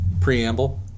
preamble